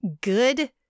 good